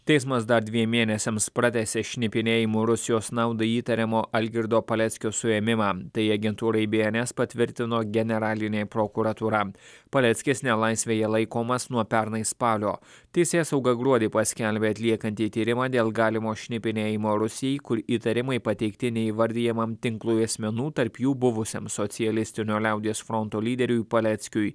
teismas dar dviem mėnesiams pratęsė šnipinėjimu rusijos naudai įtariamo algirdo paleckio suėmimą tai agentūrai be en es patvirtino generalinė prokuratūra paleckis nelaisvėje laikomas nuo pernai spalio teisėsauga gruodį paskelbė atliekanti tyrimą dėl galimo šnipinėjimo rusijai kur įtarimai pateikti neįvardijamam tinklui asmenų tarp jų buvusiam socialistinio liaudies fronto lyderiui paleckiui